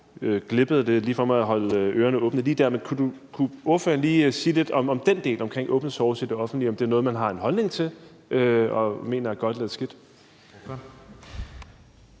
glippede det lige for mig at holde ørerne åbne lige der, men kunne ordføreren lige sige noget om den del, altså om open source i det offentlige er noget, man har en holdning til og mener er godt eller skidt?